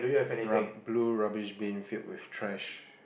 rub~ blue rubbish bin filled with trash